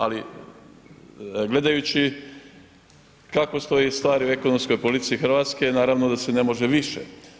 Ali, gledajući kako stoje stvari u ekonomskoj politici hrvatske, naravno da se ne može više.